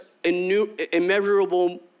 immeasurable